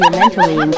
mentally